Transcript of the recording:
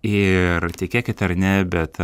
ir tikėkit ar ne bet